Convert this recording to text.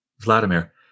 Vladimir